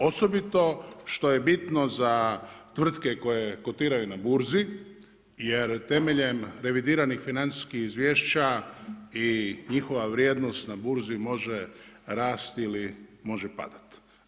Osobito što je bitno za tvrtke koje kotiraju na burzi jer temeljem revidiranih financijskih izvješća i njihova vrijednost na burzi može rasti ili može padati.